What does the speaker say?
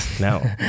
No